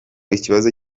ikibazo